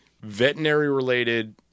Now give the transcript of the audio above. veterinary-related